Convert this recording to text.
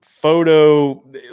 Photo